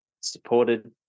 supported